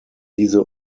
diese